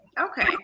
Okay